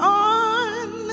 on